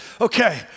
okay